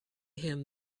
him